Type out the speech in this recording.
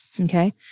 Okay